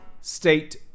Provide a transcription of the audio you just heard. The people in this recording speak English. state